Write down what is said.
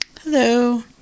Hello